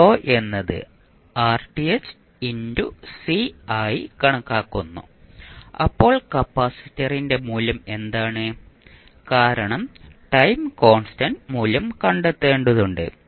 τ എന്നത് C ആയി കണക്കാക്കുന്നു അപ്പോൾ കപ്പാസിറ്ററിന്റെ മൂല്യം എന്താണ് കാരണം ടൈം കോൺസ്റ്റന്റ് മൂല്യം കണ്ടെത്തേണ്ടതുണ്ട്